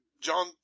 John